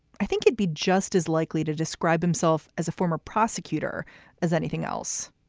i think he'd be just as likely to describe himself as a former prosecutor as anything else,